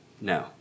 No